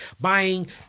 Buying